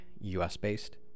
US-based